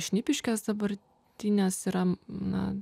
šnipiškės dabartinės yra na